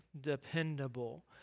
dependable